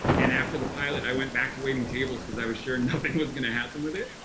and after the pilot i went back to waiting tables because i was sure nothing was gonna happen with it.